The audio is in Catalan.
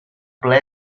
ple